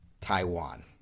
Taiwan